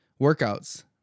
workouts